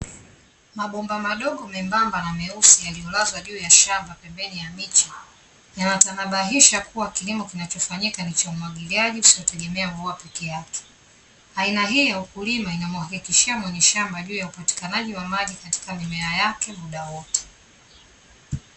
Mabomba madogo membamba na meusi yaliyolazwa juu ya shamba pembeni ya miche, yanatanabahisha kuwa kilimo kinachofanyika ni cha umwagiliaji usio tegemea mvua peke yake, aina hiyo ya ukulima inamhakikishia mwenye shamba juu ya upatikanaji wa maji katika mimea yake muda wote.